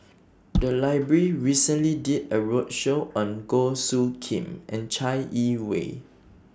The Library recently did A roadshow on Goh Soo Khim and Chai Yee Wei